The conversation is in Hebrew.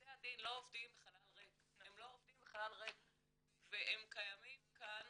בתי הדין לא עובדים בחלל ריק, והם קיימים כאן